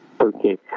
Okay